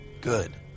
Good